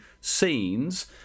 scenes